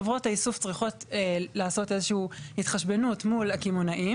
חברות האיסוף צריכות לעשות איזשהו התחשבנות מול הקמעונאים,